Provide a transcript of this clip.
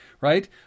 right